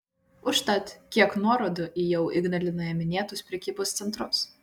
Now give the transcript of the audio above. užtat kiek nuorodų į jau ignalinoje minėtus prekybos centrus